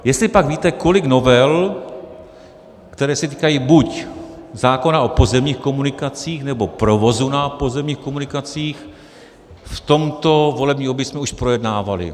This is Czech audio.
Jestlipak víte, kolik novel, které se týkají buď zákona o pozemních komunikacích, nebo provozu na pozemních komunikacích, v tomto volebním období jsme už projednávali?